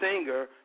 singer